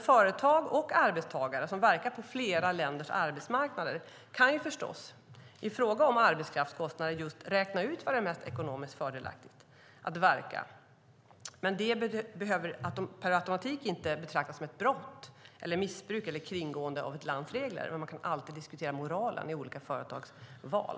Företag och arbetstagare som verkar på flera länders arbetsmarknader kan förstås i fråga om arbetskraftskostnader räkna ut var det är mest ekonomiskt fördelaktigt att verka. Men det behöver per automatik inte betraktas som ett brott, missbruk eller kringgående av ett lands regler, och man kan alltid diskutera moralen i olika företags val.